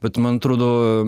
bet man atrodo